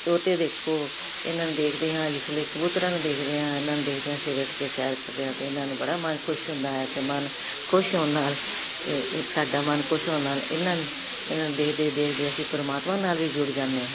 ਤੋਤੇ ਦੇਖੋ ਇਹਨਾਂ ਨੂੰ ਦੇਖਦੇ ਹਾਂ ਜਿਸ ਵੇਲੇ ਕਬੂਤਰਾਂ ਨੂੰ ਦੇਖਦੇ ਹਾਂ ਇਹਨਾਂ ਨੂੰ ਦੇਖਦੇ ਹਾਂ ਸਵੇਰੇ ਉੱਠ ਕੇ ਸੈਰ ਕਰਦੇ ਹਾਂ ਅਤੇ ਇਨ੍ਹਾਂ ਨੂੰ ਬੜਾ ਮਨ ਖੁਸ਼ ਹੁੰਦਾ ਹੈ ਅਤੇ ਮਨ ਖੁਸ਼ ਹੋਣ ਨਾਲ ਸਾਡਾ ਮਨ ਖੁਸ਼ ਹੋਣ ਨਾਲ ਇਨ੍ਹਾਂ ਇਨ੍ਹਾਂ ਨੂੰ ਦੇਖਦੇ ਦੇਖਦੇ ਅਸੀਂ ਪਰਮਾਤਮਾ ਨਾਲ ਵੀ ਜੁੜ ਜਾਂਦੇ ਹਾਂ